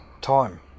time